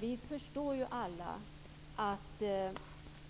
Vi förstår ju alla att